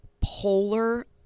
polar